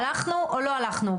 הלכנו או לא הלכנו.